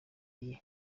iye